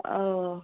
ꯑꯧ